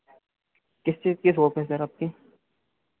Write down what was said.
किस चीज़ की शॉप है सर आपकी